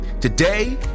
Today